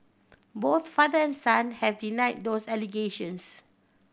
both father and son have denied those allegations